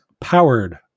powered